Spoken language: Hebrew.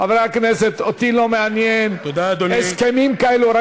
חברי הכנסת, אותי לא מעניין הסכמים כאלה.